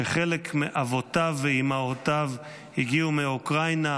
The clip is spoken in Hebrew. שחלק מאבותיו ואימהותיו הגיעו מאוקראינה,